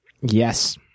Yes